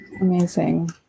Amazing